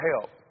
help